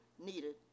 needed